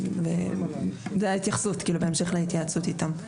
זו ההתייחסות בהמשך להתייעצות איתם.